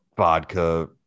vodka